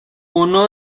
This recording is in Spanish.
uno